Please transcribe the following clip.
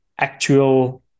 actual